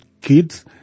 kids